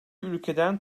ülkeden